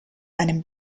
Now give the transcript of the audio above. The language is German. einem